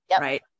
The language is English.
right